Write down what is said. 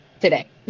today